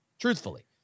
Truthfully